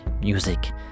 music